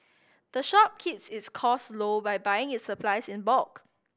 the shop keeps its cost low by buying its supplies in bulk